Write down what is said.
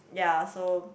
ya so